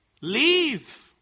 Leave